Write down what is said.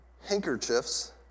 handkerchiefs